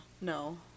No